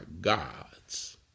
gods